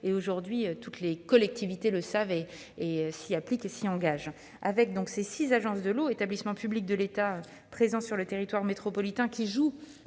Aujourd'hui, toutes les collectivités le savent et s'y engagent. Les six agences de l'eau, établissements publics de l'État présents sur le territoire métropolitain, jouent